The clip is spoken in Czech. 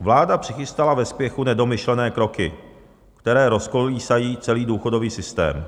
Vláda přichystala ve spěchu nedomyšlené kroky, které rozkolísají celý důchodový systém.